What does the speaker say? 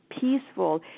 peaceful